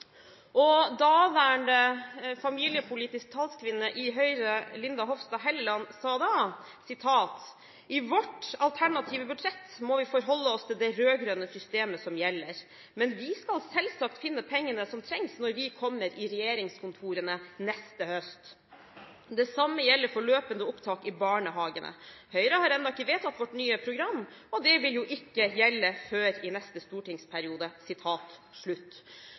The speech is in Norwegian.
Daværende familiepolitisk talskvinne i Høyre, Linda Hofstad Helleland, sa da: «I vårt alternative statsbudsjett må vi forholde oss til det rødgrønne systemet som gjelder. Men vi skal selvsagt finne pengene som trengs når vi kommer i regjeringskontorene neste høst. Det samme gjelder for løpende opptak i barnehagene. Høyre har ennå ikke vedtatt vårt nye program, og det vil jo ikke gjelde før i neste stortingsperiode.»